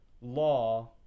law